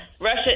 Russia